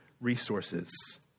resources